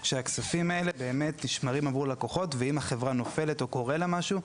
שהכספים האלה באמת נשמרים עבור לקוחות ואם החברה נופלת או קורה לה משהו,